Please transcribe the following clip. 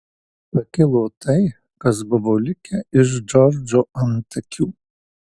pakilo tai kas buvo likę iš džordžo antakių